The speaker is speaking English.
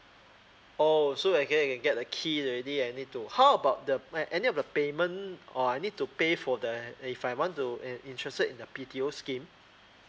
oh so I can I can get the key already and need to how about the an any of the payment or I need to pay for the if I want to and interested in a B_T_O scheme